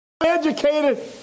educated